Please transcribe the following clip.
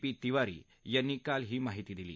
P Tiwari यांनी काल ही माहिती दिली